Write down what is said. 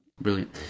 Brilliant